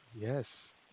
yes